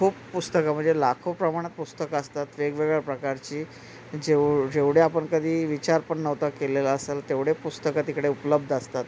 खूप पुस्तकं म्हणजे लाखो प्रमाणात पुस्तकं असतात वेगवेगळ्या प्रकारची जेव जेवढे आपण कधी विचारपण नव्हता केलेला असेल तेवढे पुस्तकं तिकडे उपलब्ध असतात